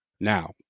Now